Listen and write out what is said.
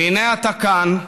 והינה, אתה כאן,